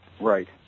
Right